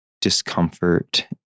discomfort